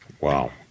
Wow